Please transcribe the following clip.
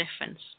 difference